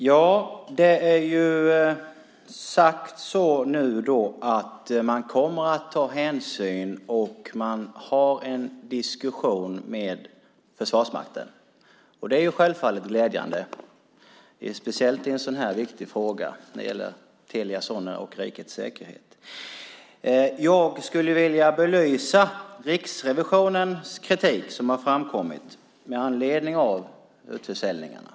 Herr talman! Det är nu sagt att man kommer att ta hänsyn till och för en diskussion med Försvarsmakten. Det är självfallet glädjande, speciellt i en så viktig fråga som Telia Sonera och rikets säkerhet. Jag skulle vilja belysa Riksrevisionens kritik som har framkommit med anledning av utförsäljningarna.